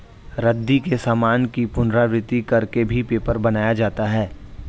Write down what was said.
रद्दी के सामान की पुनरावृति कर के भी पेपर बनाया जाता है